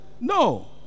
No